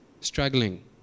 struggling